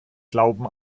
glauben